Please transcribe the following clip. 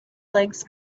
legs